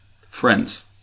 friends